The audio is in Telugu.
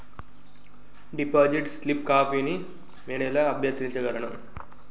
డిపాజిట్ స్లిప్ కాపీని నేను ఎలా అభ్యర్థించగలను?